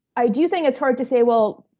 i do think it's hard to say, well,